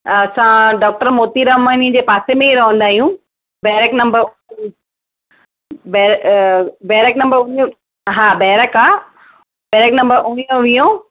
असां डॉक्टर मोती रामानी जे पासे में ई रहंदा आहियूं बैरिक नंबर बैरिक नंबर हा बैरिक आहे बैरिक नंबर उणिवींहो वीहो